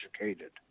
educated